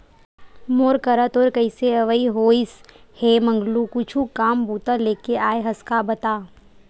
मोर करा तोर कइसे अवई होइस हे मंगलू कुछु काम बूता लेके आय हस का बता?